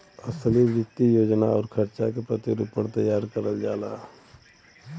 असली वित्तीय योजना आउर खर्चा के प्रतिरूपण तैयार करल जाला